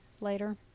later